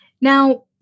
Now